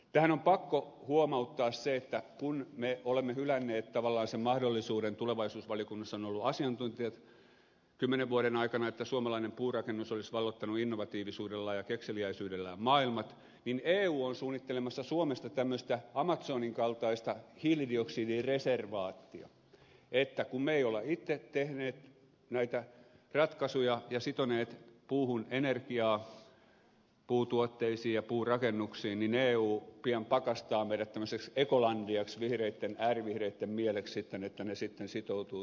tähän on pakko huomauttaa se että kun me olemme hylänneet tavallaan sen mahdollisuuden tulevaisuusvaliokunnassa ovat asiantuntijat sanoneet kymmenen vuoden aikana että suomalainen puurakennus olisi valloittanut innovatiivisuudellaan ja kekseliäisyydellään maailmat niin eu on suunnittelemassa suomesta tämmöistä amazonin kaltaista hiilidioksidireservaattia että kun me emme ole itse tehneet näitä ratkaisuja ja sitoneet puuhun energiaa puutuotteisiin ja puurakennuksiin niin eu pian pakastaa meidät tämmöiseksi ekolandiaksi vihreitten äärivihreitten mieliksi että ne sitten sitoutuvat tuonne